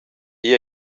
igl